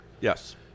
Yes